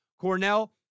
Cornell